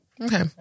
Okay